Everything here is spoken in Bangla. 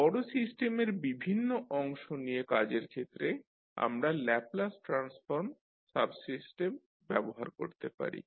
বড় সিস্টেমের বিভিন্ন অংশ নিয়ে কাজের ক্ষেত্রে আমরা ল্যাপলাস ট্রান্সফর্ম সাবসিস্টেম ব্যবহার করতে পারি